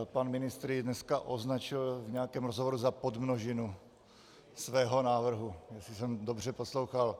Pan ministr jej dneska označil v nějakém rozhovoru za podmnožinu svého návrhu, jestli jsem dobře poslouchal.